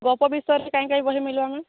ଗୋପ ବିଷୟରେ କାଇଁ କାଇଁ ବହି ମିଲିବା ମ୍ୟାମ୍